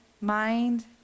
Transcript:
MIND